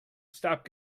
stop